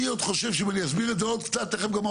תקינות פעולת